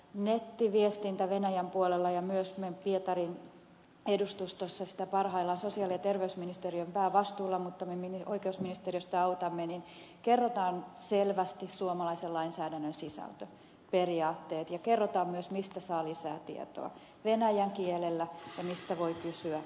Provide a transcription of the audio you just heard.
nettiviestinnässä venäjän puolella ja myös pietarin edustustossa parhaillaan sosiaali ja terveysministeriön päävastuulla mutta me oikeusministeriöstä autamme kerrotaan selvästi suomalaisen lainsäädännön sisältöperiaatteet ja kerrotaan myös mistä saa lisää tietoa venäjän kielellä ja mistä voi kysyä lisää